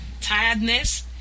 tiredness